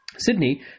Sydney